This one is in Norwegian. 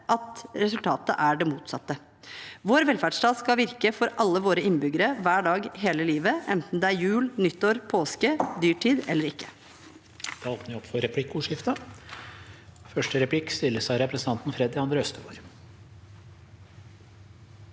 konsekvens være det motsatte. Vår vel ferdsstat skal virke for alle våre innbyggere hver dag hele livet, enten det er jul, nyttår, påske, dyrtid eller ikke.